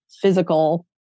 physical